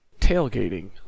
tailgating